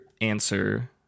answer